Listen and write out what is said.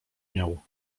miał